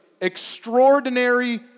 extraordinary